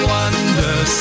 Wonder